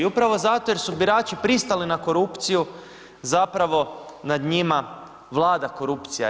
I upravo zato jer su birači pristali na korupciju zapravo nad njima vlada korupcija.